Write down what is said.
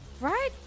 Right